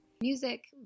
Music